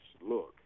look